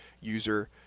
user